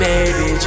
Baby